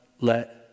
let